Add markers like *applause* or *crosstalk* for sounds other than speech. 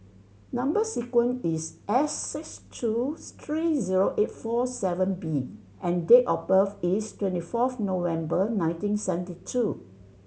number sequence is S six two *unintelligible* three zero eight four seven B and date of birth is twenty fourth November nineteen seventy two